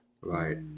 Right